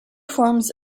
forms